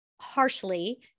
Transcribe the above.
harshly